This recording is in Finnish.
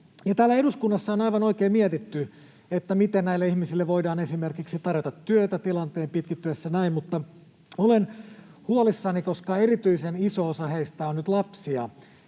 täällä eduskunnassa on aivan oikein mietitty, miten näille ihmisille voidaan esimerkiksi tarjota työtä tilanteen pitkittyessä näin, mutta olen huolissani, koska erityisen iso osa heistä on nyt lapsia.